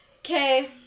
Okay